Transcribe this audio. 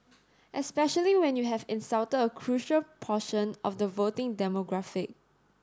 especially when you have insulted a crucial portion of the voting demographic